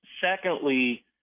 secondly